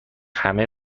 همه